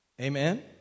Amen